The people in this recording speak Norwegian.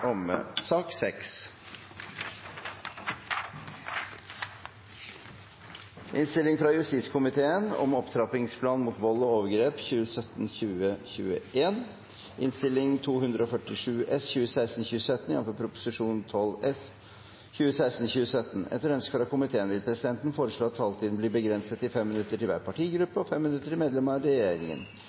omme. Flere har ikke bedt om ordet til sak nr. 3. Etter ønske fra energi- og miljøkomiteen vil presidenten foreslå at taletiden blir begrenset til 5 minutter til hver partigruppe og 5 minutter til medlemmer av regjeringen.